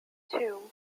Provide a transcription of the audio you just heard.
two